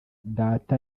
data